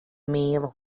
mīlu